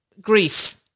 grief